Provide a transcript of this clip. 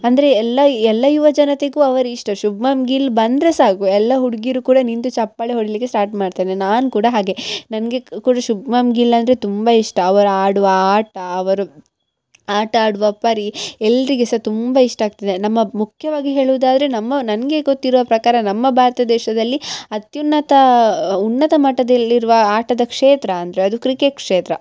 ಅಂದರೆ ಎಲ್ಲ ಎಲ್ಲ ಯುವಜನತೆಗು ಅವರು ಇಷ್ಟ ಶುಬ್ಮನ್ ಗಿಲ್ ಬಂದರೆ ಸಾಕು ಎಲ್ಲ ಹುಡ್ಗೀರು ಕೂಡ ನಿಂತು ಚಪ್ಪಾಳೆ ಹೊಡಿಲಿಕ್ಕೆ ಸ್ಟಾರ್ಟ್ ಮಾಡ್ತಾರೆ ನಾನು ಕೂಡ ಹಾಗೆ ನನಗೆ ಕೂಡ ಶುಬ್ಮನ್ ಗಿಲ್ ಅಂದರೆ ತುಂಬ ಇಷ್ಟ ಅವರು ಆಡುವ ಆಟ ಅವರು ಆಟ ಆಡುವ ಪರಿ ಎಲ್ಲರಿಗೆ ಸಹ ತುಂಬ ಇಷ್ಟ ಆಗ್ತದೆ ನಮ್ಮ ಮುಖ್ಯವಾಗಿ ಹೇಳುವುದಾರೆ ನಮ್ಮ ನನಗೆ ಗೊತ್ತಿರುವ ಪ್ರಕಾರ ನಮ್ಮ ಭಾರತ ದೇಶದಲ್ಲಿ ಅತ್ಯುನ್ನತ ಉನ್ನತ ಮಟ್ಟದಲ್ಲಿರುವ ಆಟದ ಕ್ಷೇತ್ರ ಅಂದರೆ ಅದು ಕ್ರಿಕೆಕ್ ಕ್ಷೇತ್ರ